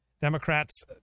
Democrats